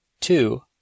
Two